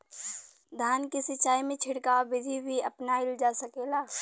धान के सिचाई में छिड़काव बिधि भी अपनाइल जा सकेला?